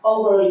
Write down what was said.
Over